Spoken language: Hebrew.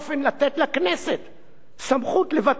סמכות לבטל החלטה של בית-המשפט העליון.